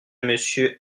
monsieur